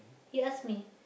he ask me